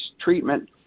treatment